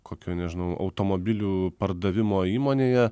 kokio nežinau automobilių pardavimo įmonėje